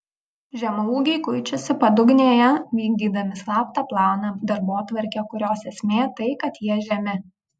žemaūgiai kuičiasi padugnėje vykdydami slaptą planą darbotvarkę kurios esmė tai kad jie žemi